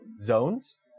zones